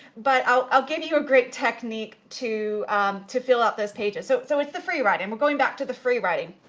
but i'll give you a great technique to to fill up those pages. so so it's the freewriting, we're going back to the freewriting.